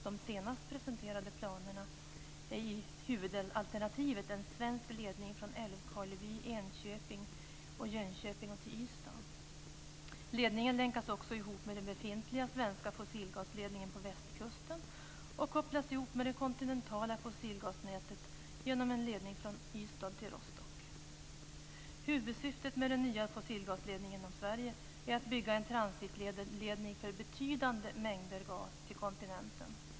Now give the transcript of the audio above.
De senast presenterade planerna är i huvudalternativet en svensk ledning från Älvkarleby via Enköping och Jönköping till Ystad. Ledningen länkas också ihop med den befintliga svenska fossilgasledningen på västkusten och kopplas ihop med det kontinentala fossilgasnätet genom en ledning från Ystad till Rostock. Huvudsyftet med den nya fossilgasledningen genom Sverige är att bygga en transitledning för betydande mängder gas till kontinenten.